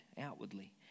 outwardly